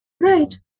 right